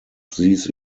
these